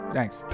Thanks